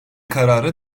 kararı